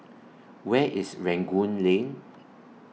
Where IS Rangoon Lane